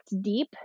deep